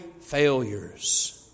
failures